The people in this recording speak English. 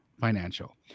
Financial